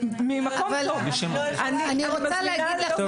מיכל, אני מזמינה אותך